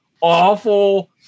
awful